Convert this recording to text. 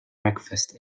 breakfast